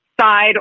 side